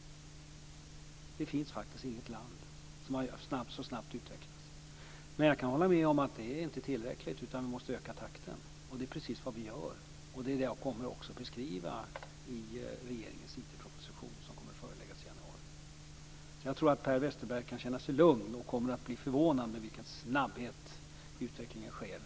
Det finns faktiskt inget land där det har utvecklats så snabbt. Men jag kan hålla med om att det inte är tillräckligt. Vi måste öka takten. Det är precis vad vi också gör. Det är det jag kommer att beskriva i regeringens IT-proposition som kommer att läggas fram i januari. Jag tror alltså att Per Westerberg kan känna sig lugn. Han kommer att bli förvånad när han ser med vilken snabbhet utvecklingen sker.